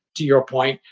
to your point.